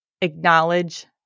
acknowledge